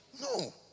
no